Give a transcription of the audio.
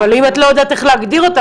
אבל אם את לא יודעת איך להגדיר אותם,